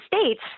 States